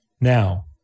Now